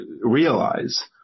realize